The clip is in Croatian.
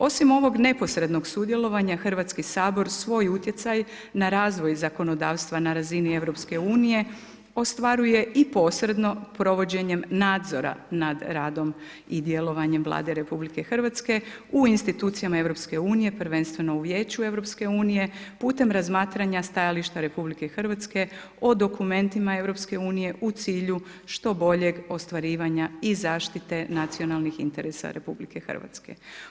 Osim ovog neposrednog sudjelovanja Hrvatski saboru, svoj utjecaj na razvoj zakonodavstva na razini EU, ostvaruje i posredno provođenjem nadzora nad radom i djelovanjem Vlade Republike Hrvatske u institucijama EU prvenstveno Vijeću EU putem razmatranja stajališta RH o dokumentima EU, u cilju što boljeg ostvarivanja i zaštite nacionalnog interesa RH.